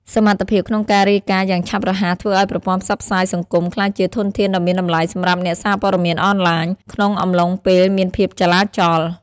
សមត្ថភាពក្នុងការរាយការណ៍យ៉ាងឆាប់រហ័សធ្វើឱ្យប្រព័ន្ធផ្សព្វផ្សាយសង្គមក្លាយជាធនធានដ៏មានតម្លៃសម្រាប់អ្នកសារពត័មានអនឡាញ ក្នុងអំឡុងពេលមានភាពចលាចល។